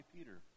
Peter